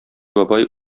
бабай